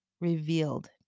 revealed